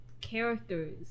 characters